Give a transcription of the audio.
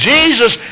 Jesus